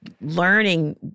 Learning